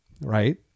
right